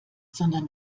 sondern